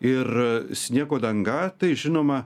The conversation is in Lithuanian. ir sniego danga tai žinoma